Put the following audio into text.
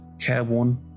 careworn